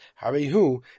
Harehu